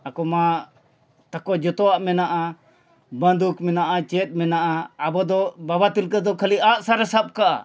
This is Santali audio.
ᱟᱠᱚ ᱢᱟ ᱛᱟᱠᱚ ᱡᱚᱛᱚᱣᱟᱜ ᱢᱮᱱᱟᱜᱼᱟ ᱵᱟᱱᱫᱩᱠ ᱢᱮᱱᱟᱜᱼᱟ ᱪᱮᱫ ᱢᱮᱱᱟᱜᱼᱟ ᱟᱵᱚ ᱫᱚ ᱵᱟᱵᱟ ᱛᱤᱞᱠᱟᱹ ᱫᱚ ᱠᱷᱟᱹᱞᱤ ᱟᱸᱜᱼᱥᱟᱨᱮ ᱥᱟᱵ ᱠᱟᱜᱼᱟ